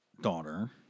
daughter